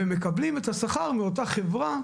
ומקבלים את השכר מאותה חברה,